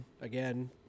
again